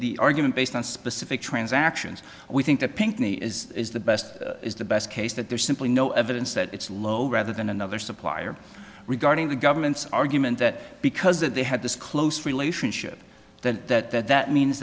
the argument based on specific transactions we think that pinkney is is the best is the best case that there's simply no evidence that it's low rather than another supplier regarding the government's argument that because that they had this close relationship that that means that that